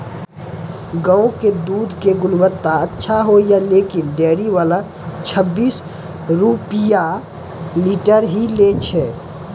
गांव के दूध के गुणवत्ता अच्छा होय या लेकिन डेयरी वाला छब्बीस रुपिया लीटर ही लेय छै?